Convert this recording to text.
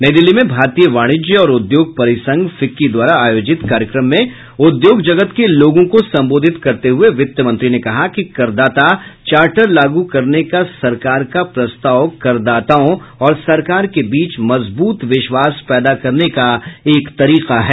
नई दिल्ली में भारतीय वाणिज्य और उद्योग परिसंघ फिक्की द्वारा आयोजित कार्यक्रम में उद्योग जगत के लोगों को संबोधित करते हुये वित्त मंत्री ने कहा कि करदाता चार्टर लागू करने का सरकार का प्रस्ताव करदाताओं और सरकार के बीच मजबूत विश्वास पैदा करने का एक तरीका है